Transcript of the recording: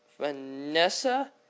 Vanessa